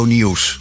Nieuws